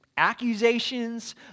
Accusations